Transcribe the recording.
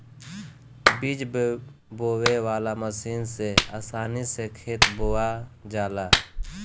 बीज बोवे वाला मशीन से आसानी से खेत बोवा जाला